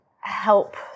help